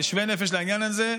שווה נפש לעניין הזה.